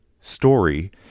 story